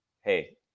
Hey